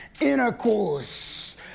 intercourse